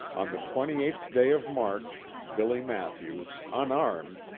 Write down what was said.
on the twenty eighth day of march, billy mathews, unarmed,